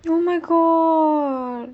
oh my god